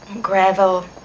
Gravel